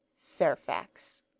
Fairfax